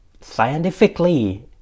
scientifically